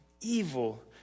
evil